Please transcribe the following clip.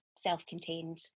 self-contained